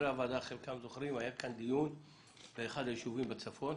אחד הישובים בצפון